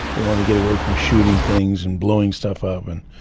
they wanted to get away from shooting things, and blowing stuff up and